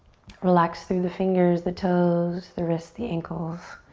relax through the fingers, the toes, the wrist, the ankles.